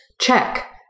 Check